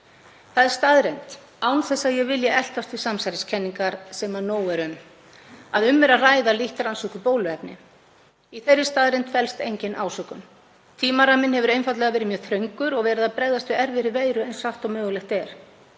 Það er staðreynd, án þess að ég vilji eltast við samsæriskenningar sem nóg er um, að um er að ræða lítt rannsökuð bóluefni. Í þeirri staðreynd felst engin ásökun. Tímaramminn hefur einfaldlega verið mjög þröngur og verið að bregðast við erfiðri veiru eins hratt og mögulegt er.